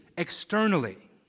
Externally